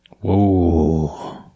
Whoa